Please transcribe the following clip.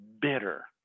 bitter